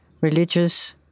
religious